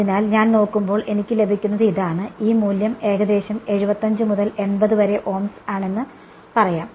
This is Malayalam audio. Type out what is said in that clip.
അതിനാൽ ഞാൻ നോക്കുമ്പോൾ എനിക്ക് ലഭിക്കുന്നത് ഇതാണ് ഈ മൂല്യം ഏകദേശം 75 മുതൽ 80 വരെ ഓംസ് ആണെന്ന് പറയാം